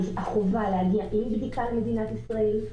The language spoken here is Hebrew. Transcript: החובה להגיע עם בדיקה למדינת ישראל.